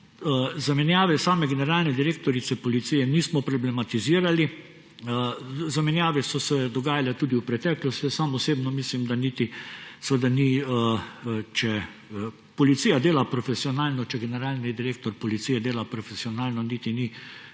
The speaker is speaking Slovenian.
zamenjave same generalne direktorice Policije nismo problematizirali. Zamenjave so se dogajale tudi v preteklosti. Osebno mislim, če policija dela profesionalno, če generalni direktor policije dela profesionalno, niti ni